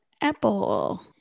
Apple